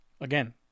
Again